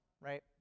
right